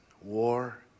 war